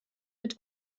mit